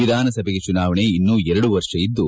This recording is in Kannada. ವಿಧಾನಸಭೆಗೆ ಚುನಾವಣೆ ಇನ್ನೂ ಎರಡೂವರೆ ವರ್ಷ ಇದ್ದು